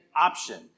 option